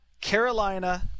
Carolina